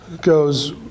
goes